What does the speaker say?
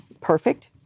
perfect